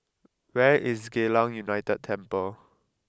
where is Geylang United Temple